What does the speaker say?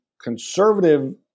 conservative